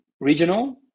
regional